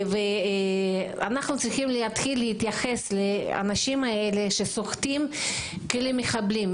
אנחנו צריכים להתחיל להתייחס לאנשים האלה שסוחטים כאל מחבלים.